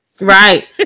Right